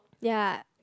ya